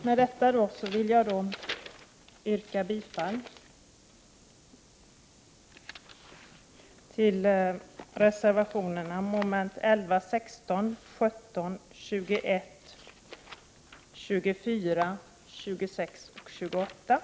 Med detta vill jag yrka bifall till reservationerna 7,9, 10, 12, 15, 16 och 18.